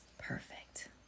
Perfect